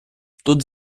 тут